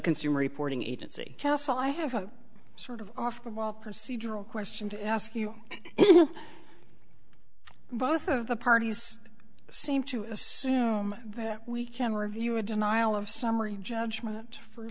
consumer reporting agency kelso i have a sort of off the wall procedural question to ask you you know both of the parties seem to assume that we can review a denial of summary judgment for